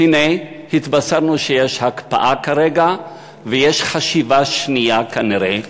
הנה התבשרנו שיש הקפאה כרגע ויש חשיבה שנייה כנראה.